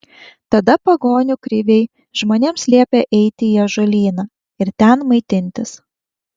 tada pagonių kriviai žmonėms liepė eiti į ąžuolyną ir ten maitintis